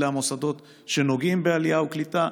אלה המוסדות שנוגעים בעלייה ובקליטה.